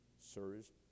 sirs